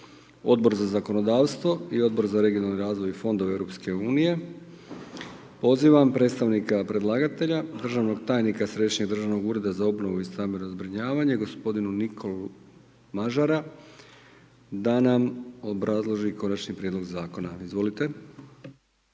Odbor za zakonodavstvo i Odbor za regionalni razvoj i fondove EU. Pozivam predstavnika predlagatelja, državnog tajnika Središnjeg državnog ureda za obnovu i stambeno zbrinjavanje gospodinu Nikolu Mažara da nam obrazloži Konačni prijedlog zakona, izvolite.